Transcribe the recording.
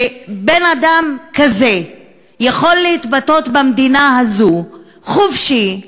שבן-אדם כזה יכול להתבטא במדינה הזאת בצורה חופשית,